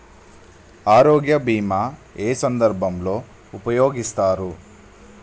ఆరోగ్య బీమా ఏ ఏ సందర్భంలో ఉపయోగిస్తారు?